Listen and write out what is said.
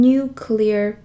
Nuclear